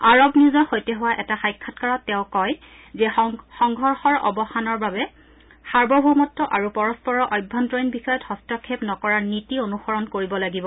আৰৱ নিউজৰ সৈতে হোৱা এটা সাক্ষাৎকাৰত তেওঁ কয় যে সংঘৰ্ষৰ অবসানৰ বাবে সাৰ্বভৌমত্ব আৰু পৰস্পৰৰ অভ্যন্তৰীণ বিষয়ত হস্তক্ষেপ নকৰাৰ নীতি অনুসৰণ কৰিব লাগিব